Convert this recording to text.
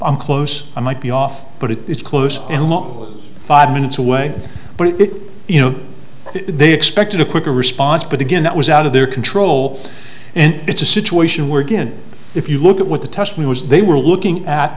i'm close i might be off but it's close and what five minutes away but it is you know they expected a quicker response but again that was out of their control and it's a situation where again if you look at what the test was they were looking at